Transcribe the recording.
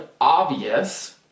obvious